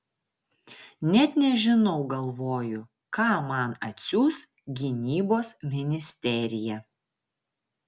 net nežinau galvoju ką man atsiųs gynybos ministerija